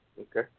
Okay